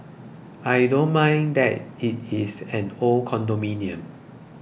I don't mind that it is an old condominium